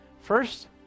first